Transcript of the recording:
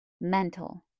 Mental